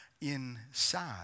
inside